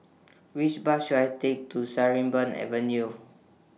Which Bus should I Take to Sarimbun Avenue